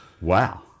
Wow